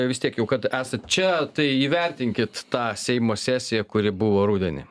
vis tiek jau kad esat čia tai įvertinkit tą seimo sesiją kuri buvo rudenį